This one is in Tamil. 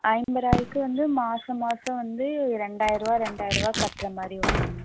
ஐம்பதாயிருக்கு வந்து மாதம் மாதம் வந்து ரெண்டாயிரூவா ரெண்டாயிரூவா கட்ற மாரி வருங்க